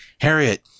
Harriet